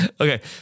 Okay